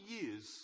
years